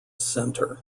centre